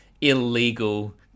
illegal